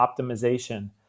optimization